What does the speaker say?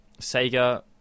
Sega